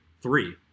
Three